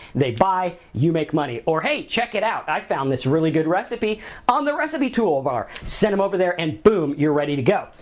they buy, you make money. or, hey, check it out, i found this really good recipe on the recipe toolbar. send em over there and, boom, you're ready to go.